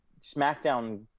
SmackDown